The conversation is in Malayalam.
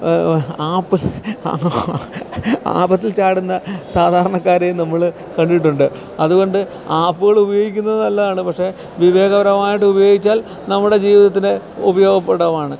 ആപ്പ് ആപത്തിൽ ചാടുന്ന സാധാരണക്കാരെയും നമ്മൾ കണ്ടിട്ടുണ്ട് അതുകൊണ്ട് ആപ്പുകൾ ഉപയോഗിക്കുന്നത് നല്ലതാണ് പക്ഷേ വിവേകപരമായിട്ട് ഉപയോഗിച്ചാൽ നമ്മുടെ ജീവിതത്തിന് ഉപയോഗപ്രദമാണ്